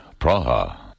Praha